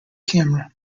camera